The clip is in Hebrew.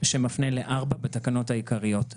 שמפנה ל-4 בתקנות העיקריות.